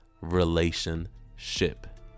relationship